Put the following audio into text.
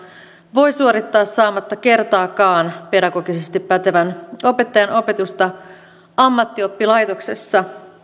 voi suorittaa saamatta kertaakaan pedagogisesti pätevän opettajan opetusta ammattioppilaitoksessa